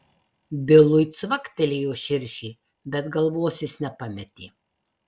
bilui cvaktelėjo širšė bet galvos jis nepametė